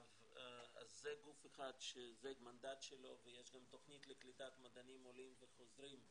זה גוף אחד שזה המנדט שלו ויש גם תוכנית לקליטת מדענים עולים וחוזרים,